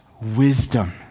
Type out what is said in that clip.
wisdom